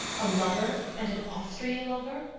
a lover and an austrian lover!